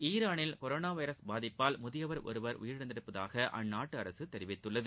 ஈரானில் corona virus பாதிப்பால் முதியவர் ஒருவர் உயிரிழந்திருப்பதாக அந்நாட்டு அரசு தெரிவித்துள்ளது